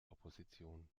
opposition